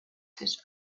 des